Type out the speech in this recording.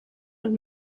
und